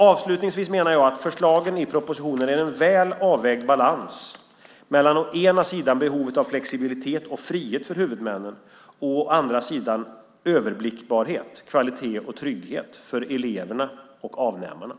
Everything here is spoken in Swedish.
Avslutningsvis menar jag att förslagen i propositionen innebär en väl avvägd balans mellan å ena sidan behovet av flexibilitet och frihet för huvudmännen och å andra sidan överblickbarhet, kvalitet och trygghet för elever och avnämare.